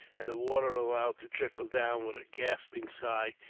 and the water allowed to trickle down. with a gasping sigh,